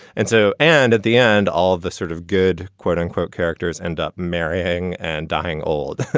and so and at the end, all of the sort of good quote-unquote characters end up marrying and dying old